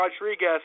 Rodriguez